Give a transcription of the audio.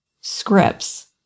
scripts